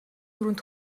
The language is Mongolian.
түрүүнд